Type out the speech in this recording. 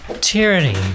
Tyranny